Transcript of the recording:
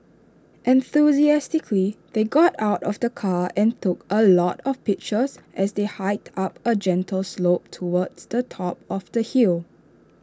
enthusiastically they got out of the car and took A lot of pictures as they hiked up A gentle slope towards the top of the hill